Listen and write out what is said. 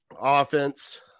offense